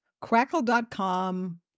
Crackle.com